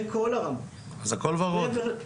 בכל הרמות --- אז הכל ורוד.